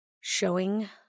Showing